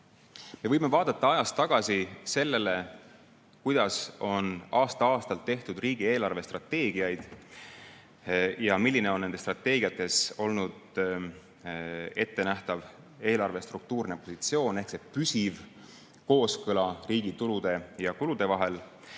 võime vaadata ajas tagasi sellele, kuidas on aasta-aastalt tehtud riigi eelarvestrateegiaid ja milline on nendes strateegiates olnud ettenähtav eelarve struktuurne positsioon ehk püsiv kooskõla riigi tulude ja kulude vahel.